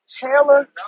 Taylor